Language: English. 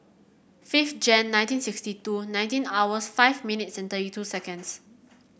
fifth Jan nineteen sixty two nineteen hours five minutes and thirty two seconds